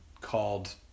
called